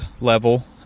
level